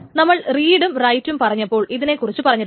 നമ്മൾ റീഡും റൈറ്റും പറഞ്ഞപ്പോൾ ഇതിനെക്കുറിച്ച് പറഞ്ഞിരുന്നു